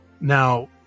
Now